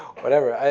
whatever.